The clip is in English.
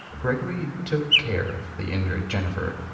gregory took care of the injured jennifer,